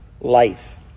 life